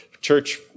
church